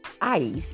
ice